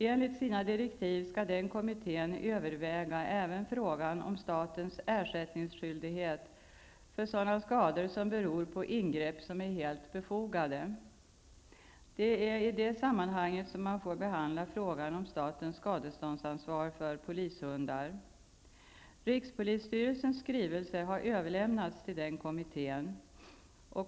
Enligt sina direktiv skall den kommittén överväga även frågan om statens ersättningsskyldighet för sådana skador som beror på ingrepp som är helt befogade. Det är i det sammanhanget som man får behandla frågan om statens skadeståndsansvar för polishundar. Rikspolisstyrelsens skrivelse har överlämnats till den kommittén.